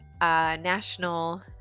national